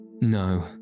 No